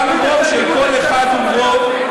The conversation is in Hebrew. גם רוב של קול אחד הוא רוב,